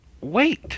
wait